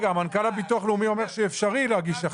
מנכ"ל הביטוח הלאומי אומר שאפשרי להגיש.